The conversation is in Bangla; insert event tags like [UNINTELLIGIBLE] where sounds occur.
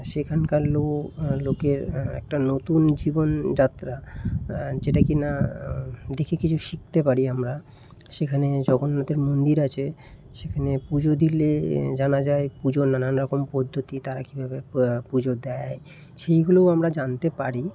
সেখানকার [UNINTELLIGIBLE] লোকের একটা নতুন জীবনযাত্রা যেটা কি না দেখে কিছু শিখতে পারি আমরা সেখানে জগন্নাথের মন্দির আছে সেখানে পুজো দিলে জানা যায় পুজোর নানান রকম পদ্ধতি তারা কীভাবে পুজো দেয় সেইগুলোও আমরা জানতে পারি